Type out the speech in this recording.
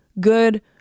good